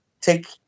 take